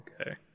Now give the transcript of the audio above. Okay